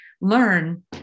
learn